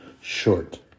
short